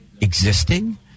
existing